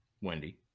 Wendy